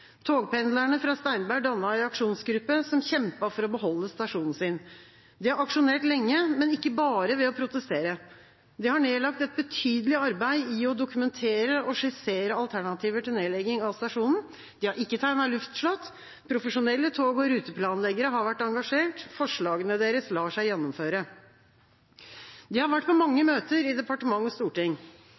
Togpendlerne fra Steinberg dannet en aksjonsgruppe som kjempet for å beholde stasjonen sin. De har aksjonert lenge, men ikke bare ved å protestere. De har nedlagt et betydelig arbeid i å dokumentere og skissere alternativer til nedlegging av stasjonen. De har ikke tegnet et luftslott. Profesjonelle tog- og ruteplanleggere har vært engasjert. Forslagene deres lar seg gjennomføre. De har vært på mange møter i departement og storting.